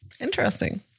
Interesting